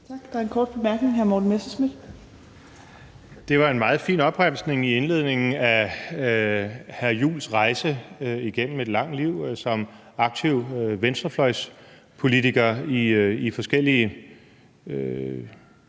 Det var en meget fin opremsning i indledningen af hr. Christian Juhls rejse igennem et langt liv som aktiv venstrefløjspolitiker i forskellige